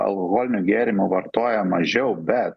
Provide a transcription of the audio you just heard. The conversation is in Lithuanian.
alkoholinių gėrimų vartoja mažiau be